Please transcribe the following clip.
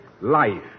life